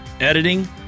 Editing